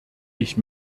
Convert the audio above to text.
ich